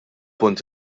punt